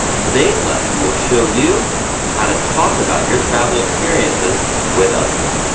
today's lesson will show you how to talk about your travel experiences with others.